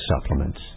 supplements